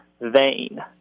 vein